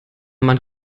man